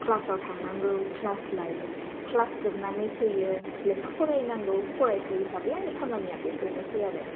क्लासाव थांनांगौ क्लास लायो क्लास जोबनानै फैयो लेखा फरायनांगौ फरायसा हिसाबै आंनि खामानिया बेफोरनोसै आरो